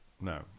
No